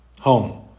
home